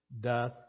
doth